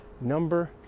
number